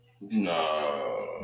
No